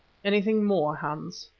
anything more, hans?